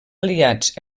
aliats